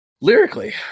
Lyrically